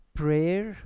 prayer